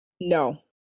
no